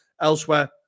elsewhere